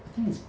I think is